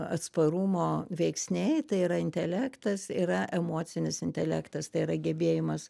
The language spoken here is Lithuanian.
atsparumo veiksniai tai yra intelektas yra emocinis intelektas tai yra gebėjimas